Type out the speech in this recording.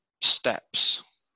steps